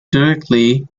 directly